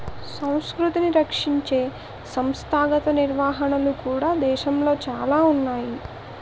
సంస్కృతిని రక్షించే సంస్థాగత నిర్వహణలు కూడా దేశంలో చాలా ఉన్నాయి